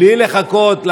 בלי לחכות.